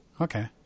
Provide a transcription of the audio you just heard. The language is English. Okay